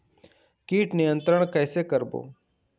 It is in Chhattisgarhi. कीट नियंत्रण कइसे करबो?